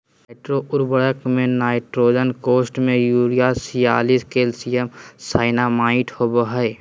nitrogen उर्वरक में nitrogen कोष्ठ में यूरिया छियालिश कैल्शियम साइनामाईड होबा हइ